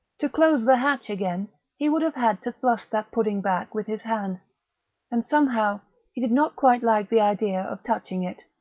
to close the hatch again he would have had to thrust that pudding back with his hand and somehow he did not quite like the idea of touching it.